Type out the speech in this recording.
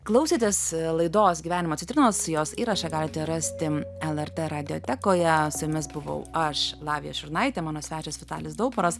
klausėtės laidos gyvenimo citrinos jos įrašą galite rasti lrt radiotekoje su jumis buvau aš lavija šurnaitė mano svečias vitalis dauparas